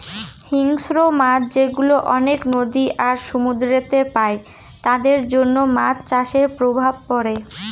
হিংস্র মাছ যেগুলা অনেক নদী আর সমুদ্রেতে পাই তাদের জন্য মাছ চাষের প্রভাব পড়ে